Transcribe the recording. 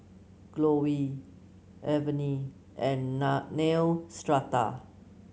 Growell Avene and Neostrata